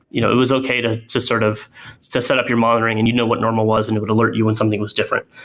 you know it was okay to to sort of so set up your monitoring and you know what normal was and it would alert you when something was different.